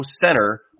center